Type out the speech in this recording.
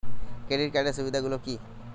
Credit কার্ডের সুবিধা গুলো কি?